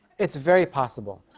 it's very possible.